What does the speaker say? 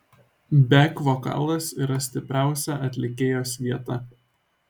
bek vokalas yra stipriausia atlikėjos vieta